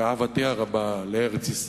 ואהבתי הרבה לארץ-ישראל,